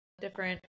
different